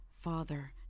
father